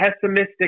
pessimistic